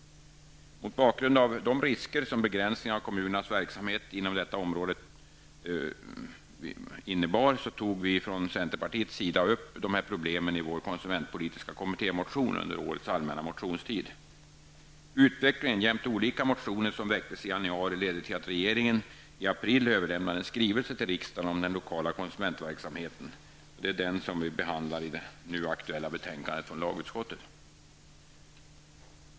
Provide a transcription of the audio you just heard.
Mot bakgrund av de risker som begränsningarna av kommunernas verksamhet inom detta område innebar, tog vi från centerpartiets sida upp dessa problem i vår konsumentpolitiska kommittémotion under årets allmänna motionstid. Utvecklingen jämte olika motioner som väcktes i januari ledde till att regeringen i april överlämnade en skrivelse till riksdagen om den lokala konsumentverksamheten, vilken nu behandlas i föreliggande betänkande från lagutskottet.